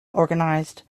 organized